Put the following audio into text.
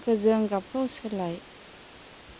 गोजों गाबखौ सोलाय